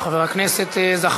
חבר הכנסת זחאלקה,